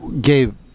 gabe